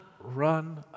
run